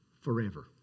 Forever